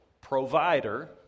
provider